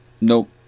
Nope